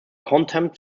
contempt